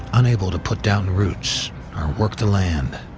unable to put down roots or work the land.